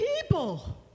people